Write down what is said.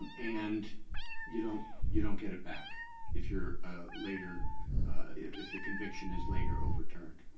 and you don't you don't get it back if you're later if the conviction is later overturned.